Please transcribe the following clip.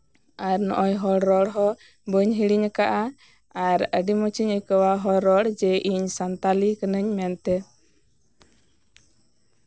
ᱟᱨ ᱱᱚᱜᱼᱚᱭ ᱦᱚᱲ ᱨᱚᱲ ᱦᱚᱸ ᱵᱟᱹᱧ ᱦᱤᱲᱤᱧᱟᱠᱟᱜᱼᱟ ᱟᱨ ᱟ ᱰᱤ ᱢᱚᱸᱡᱤᱧ ᱟᱹᱭᱠᱟᱹᱣᱟ ᱦᱚᱲ ᱨᱚᱲ ᱡᱮ ᱤᱧ ᱥᱟᱱᱛᱟᱲᱤ ᱠᱟᱹᱱᱟᱹᱧ ᱢᱮᱱᱛᱮ